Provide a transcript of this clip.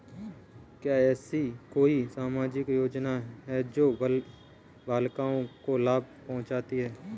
क्या ऐसी कोई सामाजिक योजनाएँ हैं जो बालिकाओं को लाभ पहुँचाती हैं?